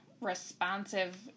responsive